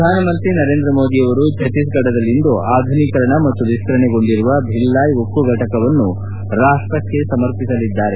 ಪ್ರಧಾನಮಂತ್ರಿ ನರೇಂದ್ರ ಮೋದಿ ಅವರು ಛತ್ತೀಸ್ಗಢದಲ್ಲಿಂದು ಆಧುನೀಕರಣ ಮತ್ತು ವಿಸ್ತರಣೆಗೊಂಡಿರುವ ಭಿಲ್ಲಾಯ್ ಉಕ್ಕು ಘಟಕವನ್ನು ರಾಷ್ವಕ್ಷೆ ಸಮರ್ಪಿಸಲಿದ್ದಾರೆ